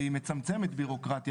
והיא מצמצמת בירוקרטיה,